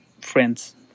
friends